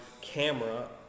camera